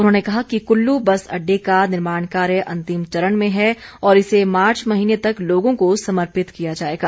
उन्होंने कहा कि कुल्लू बस अड्डे का निर्माण कार्य अंतिम चरण में है और इसे मार्च महीने तक लोगों को समर्पित किया जाएगा